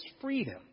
freedom